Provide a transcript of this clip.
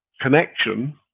connection